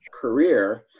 career